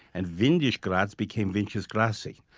and windischgratz became vincisgrassi.